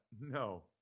No